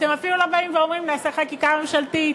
אתם אפילו לא באים ואומרים: נעשה חקיקה ממשלתית,